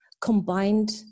combined